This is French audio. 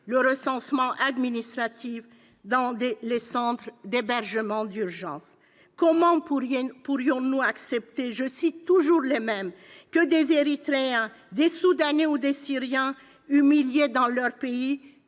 le recensement administratif dans les centres d'hébergement d'urgence. » Comment pourrions-nous accepter que « des Érythréens, des Soudanais ou des Syriens, humiliés dans leur pays,